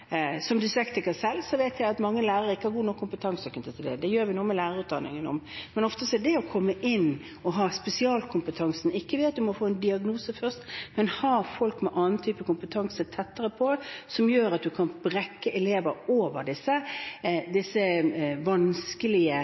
Som dyslektiker selv vet jeg at mange lærere ikke har god nok kompetanse på det. Det gir vi med lærerutdanningen nå. Ofte betyr det å sette inn spesialkompetanse ikke at eleven må få en diagnose først, men at en har folk med annen type kompetanse tettere på, slik at en kan få elevene over de vanskelige læringspunktene som gjør at